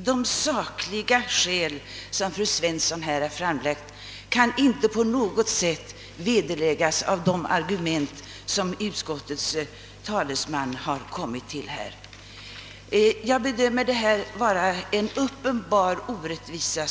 De sakliga skäl som fru Svensson under debatten framlagt har inte enligt mitt förmenande på något sätt kunnat vederläggas av de argument som utskottets talesman har anfört. Jag anser att nuvarande förhållanden innebär en uppenbar orättvisa.